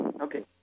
Okay